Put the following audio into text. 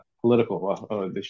political